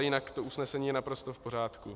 Jinak to usnesení je naprosto v pořádku.